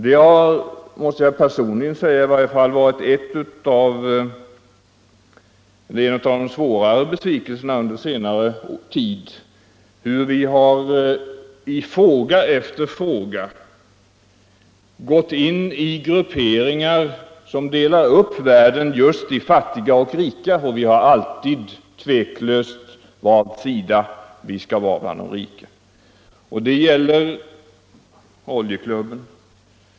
Det har, för mig personligen, varit en av de svårare besvikelserna under senare tid hur vi i fråga efter fråga har gått in i grupperingar som delar upp världen just i fattiga och rika. Och vi har oftast i motsats till de fattiga tveklöst valt sida — bland de rika. Det gäller Oljeklubben.